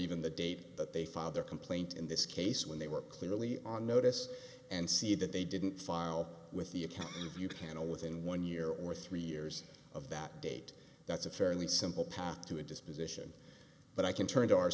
even the date that they file their complaint in this case when they were clearly on notice and see that they didn't file with the accounting of you can know with in one year or three years of that date that's a fairly simple path to a disposition but i can turn to our